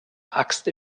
axt